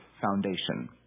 foundation